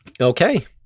Okay